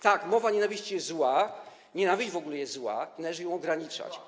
Tak, mowa nienawiści jest zła, nienawiść w ogóle jest zła i należy ją ograniczać.